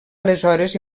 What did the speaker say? aleshores